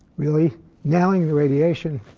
really nailing the radiation